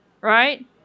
right